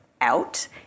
out